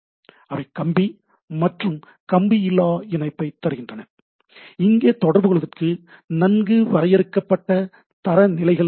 அவை கம்பி மற்றும் கம்பியில்லா இணைப்பைத் தருகின்றன இங்கே தொடர்பு கொள்வதற்கு நன்கு வரையறுக்கப்பட்ட தரநிலைகள் உள்ளன